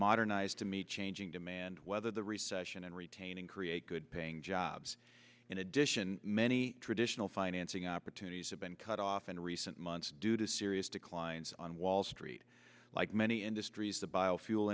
modernized to meet changing demand whether the recession and retaining create good paying jobs in addition many traditional financing opportunities have been cut off in recent months due to serious declines on wall street like many industries the biofuel